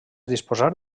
disposar